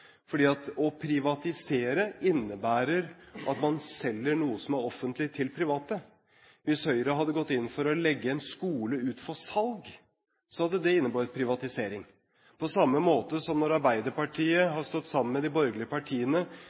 Å privatisere innebærer at man selger noe som er offentlig, til private. Hvis Høyre hadde gått inn for å legge en skole ut for salg, hadde det innebåret privatisering. På samme måte som når Arbeiderpartiet har stått sammen med de borgerlige partiene